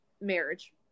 marriage